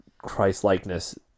christ-likeness